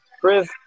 Chris